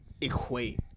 equate